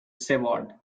seward